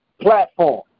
platform